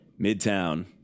midtown